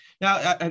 now